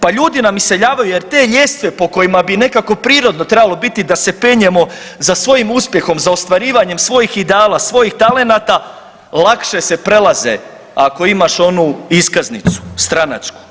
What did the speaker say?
Pa ljudi nam iseljavaju jer te ljestve po kojima bi nekako prirodno trebalo biti da se penjemo za svojim uspjehom, za ostvarivanjem svojih ideala, svojih talenata lakše se prelaze ako imaš onu iskaznicu stranačku.